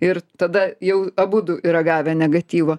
ir tada jau abudu yra gavę negatyvo